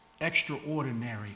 extraordinary